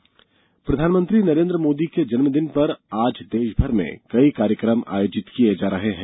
मोदी जन्म दिन प्रधानमंत्री नरेन्द्र मोदी के जन्म दिन पर आज देशभर में कई कार्यक्रम आयोजित किये जा रहे हैं